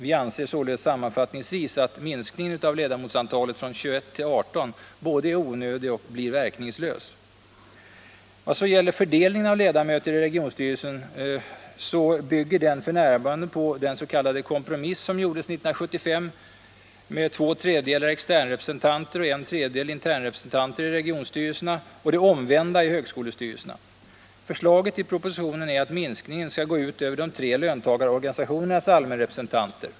Vi anser således sammanfattningsvis att minskningen av ledamotsantalet från 21 till 18 både är onödig och blir verkningslös. Vad så gäller fördelningen av ledamöter i regionstyrelsen, så bygger den f.n. på den s.k. kompromiss som gjordes 1975 med två tredjedelar ”extern”-representanter och en tredjedel ”intern”-representanter i regionstyrelserna och det omvända i högskolestyrelserna. Förslaget i propositionen är att minskningen skall gå ut över de tre löntagarorganisationernas allmänrepresentanter.